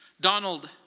Donald